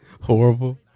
Horrible